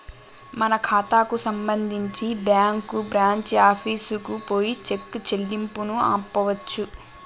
మన ఖాతాకు సంబంధించి బ్యాంకు బ్రాంచి ఆఫీసుకు పోయి చెక్ చెల్లింపును ఆపవచ్చు